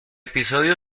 episodio